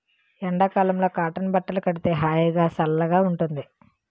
ఎండ కాలంలో కాటన్ బట్టలు కడితే హాయిగా, సల్లగా ఉంటుంది